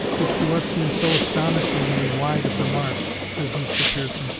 which to us seems so astonishingly wide of the mark, says mr. pearson,